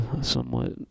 somewhat